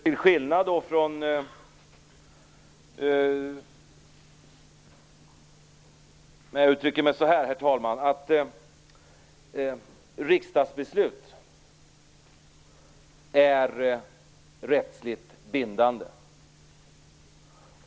Herr talman! Riksdagsbeslut är rättsligt bindande.